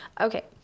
Okay